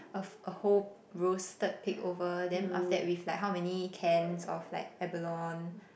a a whole roasted pig over then after that with like how many cans of like abalone